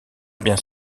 bien